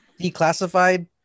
declassified